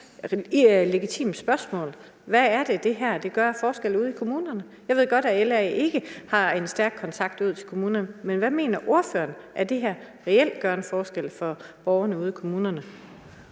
helt legitimt spørgsmål. Hvad er det, det her gør af forskel ude i kommunerne? Jeg ved godt, at LA ikke har en stærk kontakt til kommunerne, men hvad mener ordføreren at det her reelt gør af forskel for borgerne ude i kommunerne?